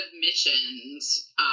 missions